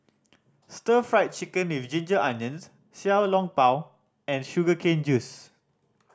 Stir Fried Chicken With Ginger Onions Xiao Long Bao and sugar cane juice